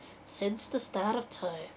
since the start of time